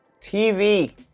TV